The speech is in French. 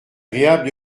agréable